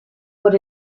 por